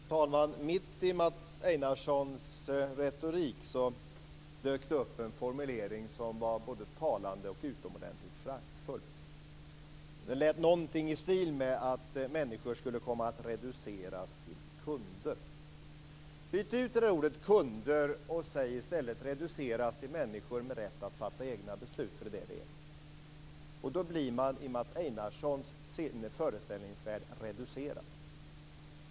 Fru talman! Mitt i Mats Einarssons retorik dök det upp en formulering som var både talande och utomordentligt föraktfull. Det var någonting i stil med att människor skulle komma att reduceras till kunder. Byt ut ordet kunder mot "människor med rätt att fatta egna beslut", för det är det som det gäller! Sådana människor är i Mats Einarssons föreställningsvärld reducerade.